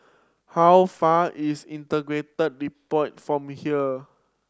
how far is Integrated Depot from here